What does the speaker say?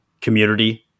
community